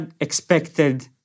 expected